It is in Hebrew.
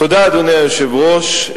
אדוני היושב-ראש,